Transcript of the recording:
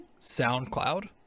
SoundCloud